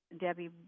Debbie